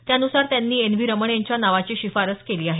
त्यानुसार त्यांनी N V Raman यांच्या नावाची शिफारस केली आहे